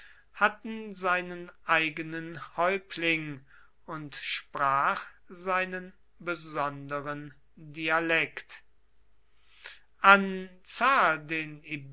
hatten seinen eigenen häuptling und sprach seinen besonderen dialekt an zahl den